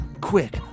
quick